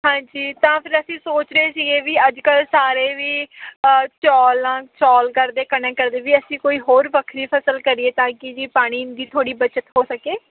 ਹਾਂਜੀ ਤਾਂ ਫਿਰ ਅਸੀਂ ਸੋਚ ਰਹੇ ਸੀਗੇ ਵੀ ਅੱਜ ਕੱਲ੍ਹ ਸਾਰੇ ਵੀ ਚੌਲ ਆ ਚੌਲ ਕਰਦੇ ਕਣਕ ਕਰਦੇ ਵੀ ਅਸੀਂ ਕੋਈ ਹੋਰ ਵੱਖਰੀ ਫ਼ਸਲ ਕਰੀਏ ਤਾਂ ਕਿ ਜੀ ਪਾਣੀ ਦੀ ਥੋੜ੍ਹੀ ਬਚਤ ਹੋ ਸਕੇ